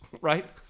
Right